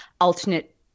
alternate